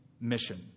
mission